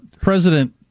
president